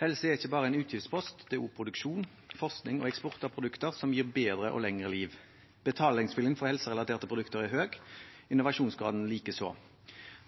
Helse er ikke bare en utgiftspost, det er også produksjon, forskning og eksport av produkter som gir bedre og lengre liv. Betalingsviljen for helserelaterte produkter er høy, innovasjonsgraden likeså.